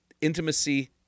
intimacy